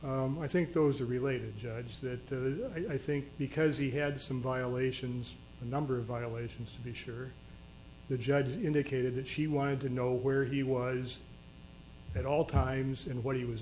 miley i think those are related judge that i think because he had some violations a number of violations to be sure the judge indicated that she wanted to know where he was at all times and what he was